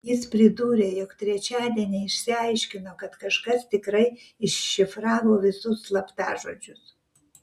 jis pridūrė jog trečiadienį išsiaiškino kad kažkas tikrai iššifravo visus slaptažodžius